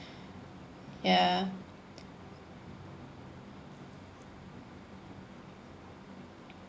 ya